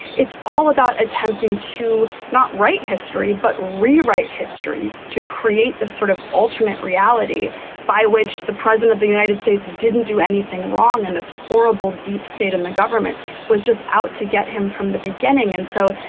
it's all about attempting to not write history, but rewrite history to create the sort of alternate reality by which the president of the united states didn't do anything wrong in this horrible deep state. and the government was just out to get him from the beginning. and so,